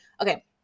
Okay